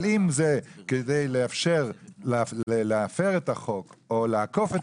אבל אם זה כדי לאפשר להפר את החוק או לעקוף אותו